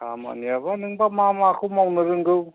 खामानियाबा नोंबा मा माखौ मावनो रोंगौ